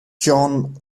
john